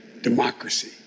democracy